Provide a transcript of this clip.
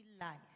life